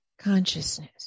consciousness